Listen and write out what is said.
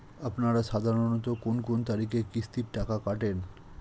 আপনারা সাধারণত কোন কোন তারিখে কিস্তির টাকা কাটে?